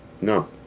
No